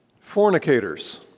Fornicators